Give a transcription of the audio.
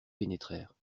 pénétrèrent